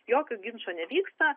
jokių ginčų nevyksta